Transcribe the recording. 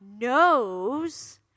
knows